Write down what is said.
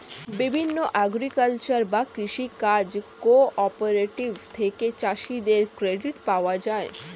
বিভিন্ন এগ্রিকালচারাল বা কৃষি কাজ কোঅপারেটিভ থেকে চাষীদের ক্রেডিট পাওয়া যায়